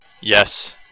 Yes